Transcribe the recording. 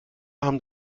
abend